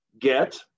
get